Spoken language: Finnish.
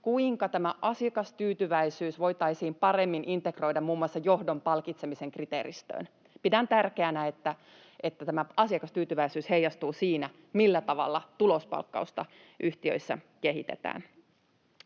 kuinka tämä asiakastyytyväisyys voitaisiin paremmin integroida muun muassa johdon palkitsemisen kriteeristöön. Pidän tärkeänä, että tämä asiakastyytyväisyys heijastuu siinä, millä tavalla tulospalkkausta yhtiöissä kehitetään.